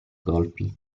colpi